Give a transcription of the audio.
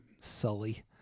Sully